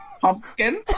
Pumpkin